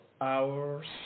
hours